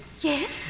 Yes